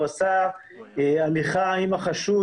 הוא עשה הליכה עם החשוד.